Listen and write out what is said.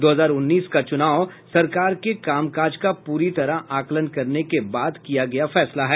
दो हजार उन्नीस का चुनाव सरकार के कामकाज का पूरी तरह आकलन करने के बाद किया गया फेसला है